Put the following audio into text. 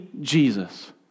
Jesus